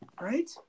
Right